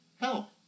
help